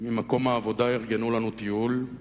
ממקום העבודה ארגנו לנו טיול,